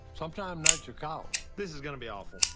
sometime nature calls. this is gonna be awful.